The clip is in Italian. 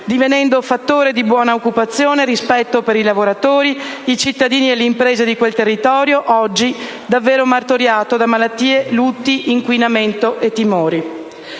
divenendo fattore di buona occupazione, rispetto per i lavoratori, i cittadini e le imprese di quel territorio, oggi davvero martoriato da malattie, lutti, inquinamento e timori.